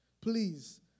please